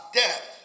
death